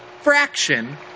fraction